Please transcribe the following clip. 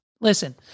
Listen